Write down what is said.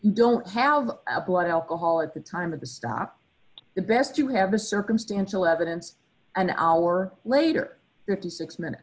don't have a blood alcohol it's the time of the stop the best to have a circumstantial evidence an hour later fifty six minutes